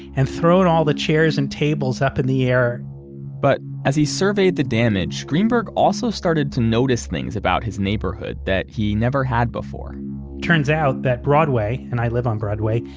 and thrown all the chairs and tables up in the air but as he surveyed the damage, greenberg also started to notice things about his neighborhood that he never had before turns out that broadway, and i live on broadway,